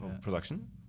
production